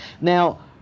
Now